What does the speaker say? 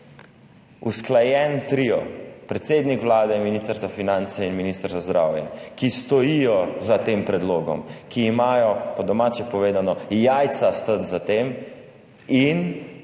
usklajen trio, predsednik Vlade, minister za finance in minister za zdravje, ki stojijo za tem predlogom, ki imajo, po domače povedano, jajca stati za tem in